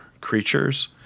creatures